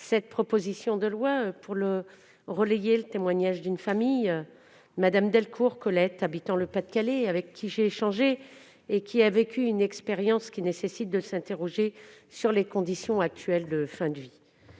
cette proposition de loi pour relayer le témoignage d'une famille. Mme Colette Delcourt, habitant le Pas-de-Calais, avec qui j'ai échangé, a vécu une expérience qui doit nous conduire à nous interroger sur les conditions actuelles de fin de vie